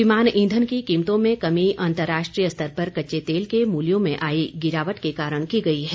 विमान ईंधन की कीमतों में कमी अन्तर्राष्ट्रीय स्तर पर कच्चे तेल के मूल्यों में आयी गिरावट के कारण की गयी है